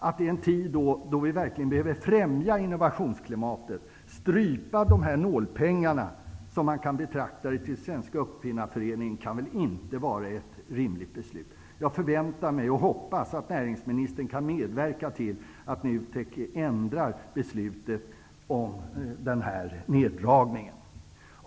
Att, i en tid då vi verkligen behöver främja innovationsklimatet, strypa dessa nålpengar -- som man kan betrakta dem som -- till Svenska uppfinnarföreningen kan väl inte vara ett rimligt beslut? Jag förväntar mig och hoppas att näringsministern kan medverka till att NUTEK ändrar beslutet om denna neddragning.